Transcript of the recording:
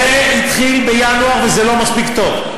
זה התחיל בינואר, וזה לא מספיק טוב.